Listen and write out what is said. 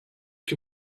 que